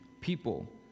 people